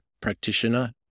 practitioner